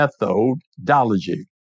methodology